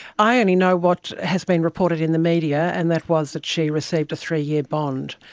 i only know what has been reported in the media and that was that she received a three-year bond.